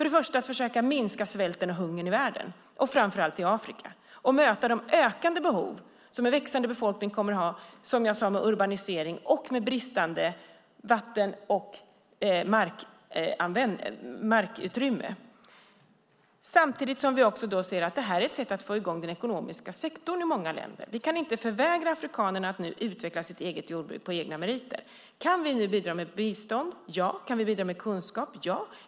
Det första är att försöka minska svälten och hungern i världen, framför allt i Afrika, och möta de ökande behov som en växande befolkning kommer att ha med urbanisering, som jag sade, och med bristande vatten och markutrymme. Det andra är att vi ser att detta är ett sätt att få i gång den ekonomiska sektorn i många länder. Vi kan inte förvägra afrikanerna att nu utveckla sitt jordbruk på egna meriter. Kan vi nu bidra med bistånd? Ja. Kan vi bidra med kunskap? Ja.